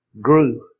Grew